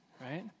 right